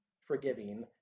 forgiving